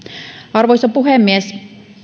arvoisa puhemies